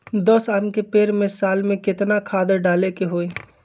दस आम के पेड़ में साल में केतना खाद्य डाले के होई?